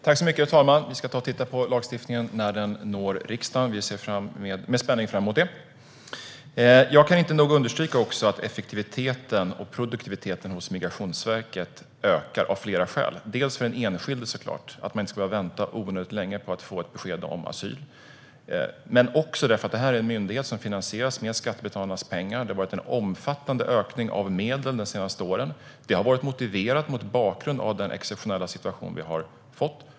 Herr talman! Vi ska titta på lagstiftningen när den når riksdagen, och vi ser med spänning fram emot detta. Jag kan av flera skäl inte nog understryka vikten av att effektiviteten och produktiviteten hos Migrationsverket ökar, dels för att den enskilde inte ska behöva vänta onödigt länge på att få ett besked om asyl, dels därför att det här är en myndighet som finansieras med skattebetalarnas pengar. Det har varit en omfattande ökning av medel de senaste åren, vilket har varit motiverat mot bakgrund av den exceptionella situationen.